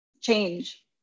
change